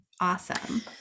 Awesome